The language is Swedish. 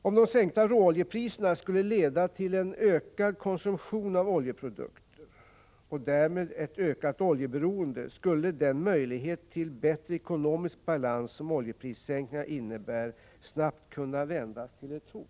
Om de sänkta råoljepriserna skulle leda till en ökad konsumtion av oljeprodukter och därmed ett ökat oljeberoende, skulle den möjlighet till bättre ekonomisk balans som oljeprissänkningarna innebär snabbt kunna vändas till ett hot.